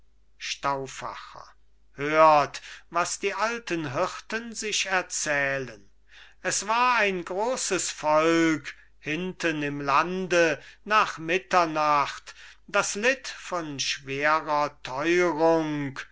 hört was die alten hirten sich erzählen es war ein grosses volk hinten im lande nach mitternacht das litt von schwerer teurung